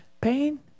pain